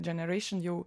dženeraišin jau